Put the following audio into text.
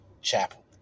Chapel